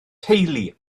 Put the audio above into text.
teulu